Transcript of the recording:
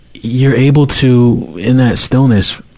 you're able to, in that stillness,